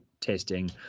testing